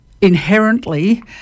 inherently